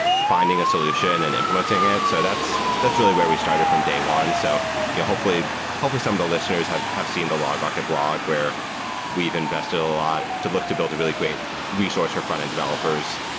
finding a solution and implementing it. so that's that's really where we started from day one. so yeah hopefully hopefully some of the listeners have have seen the log market blog, where we've invested a lot to look to build a really great resource for frontend developers,